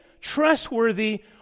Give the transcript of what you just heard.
trustworthy